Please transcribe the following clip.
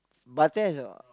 Barthez ah